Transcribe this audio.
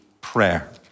prayer